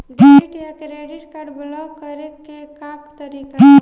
Debit या credit card block करे के का तरीका ह?